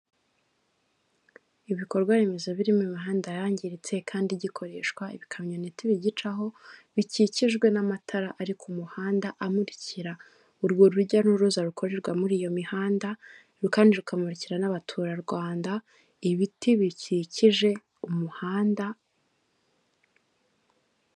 Ibikorwaremezo birimo imihanda yangiritse kandi igikoreshwa, ibikamyoneti bigicaho bikikijwe n'amatara ari ku muhanda amurikira urwo rujya n'uruza rukorerwa muri iyo mihanda kandi rukamurikira n'abaturarwanda, ibiti bikikije umuhanda.